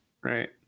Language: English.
Right